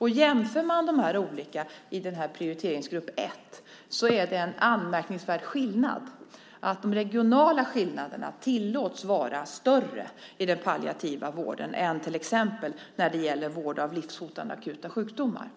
Om man jämför det som finns med i prioriteringsgrupp 1 är det en anmärkningsvärd skillnad. De regionala skillnaderna tillåts vara större i den palliativa vården än när det gäller vård av livshotande akuta sjukdomar